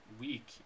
week